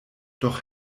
doch